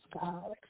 God